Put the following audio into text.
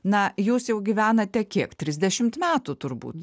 na jūs jau gyvenate kiek trisdešimt metų turbūt